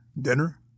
dinner